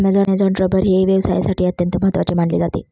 Amazon rubber हे व्यवसायासाठी अत्यंत महत्त्वाचे मानले जाते